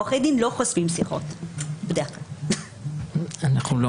עורכי דין בדרך כלל לא חושפים שיחות.